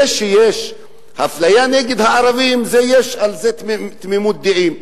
זה שיש אפליה נגד הערבים, יש על זה תמימות דעים.